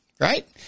Right